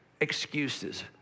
excuses